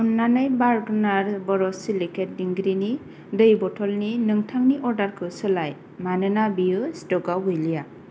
अन्नानै बार्गनार बरसिलिकेट दिंग्रिनि दै बथलनि नोंथांनि अर्डारखौ सोलाय मानोना बेयो स्टक'आव गैलिया